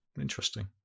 Interesting